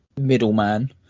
middleman